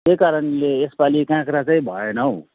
त्यही कारणले यसपालि काँक्रा चाहिँ भएन हौ